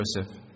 Joseph